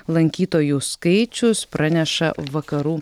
lankytojų skaičius praneša vakarų